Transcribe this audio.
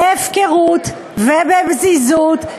בהפקרות ובפזיזות,